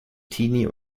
teenie